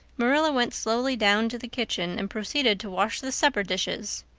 marilla went slowly down to the kitchen and proceeded to wash the supper dishes.